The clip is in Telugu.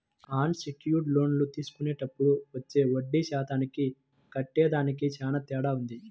అన్ సెక్యూర్డ్ లోన్లు తీసుకునేప్పుడు చెప్పే వడ్డీ శాతానికి కట్టేదానికి చానా తేడా వుంటది